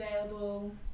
available